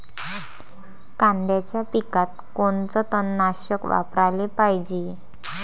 कांद्याच्या पिकात कोनचं तननाशक वापराले पायजे?